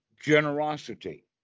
generosity